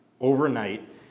overnight